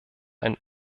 ein